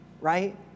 right